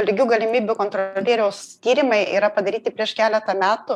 lygių galimybių kontrolieriaus tyrimai yra padaryti prieš keletą metų